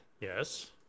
Yes